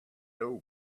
doe